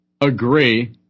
agree